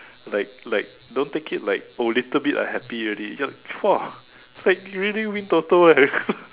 like like don't take it like oh little bit I happy already ya !wah! it's like you really win toto eh